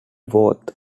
worth